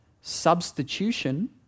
substitution